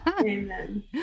amen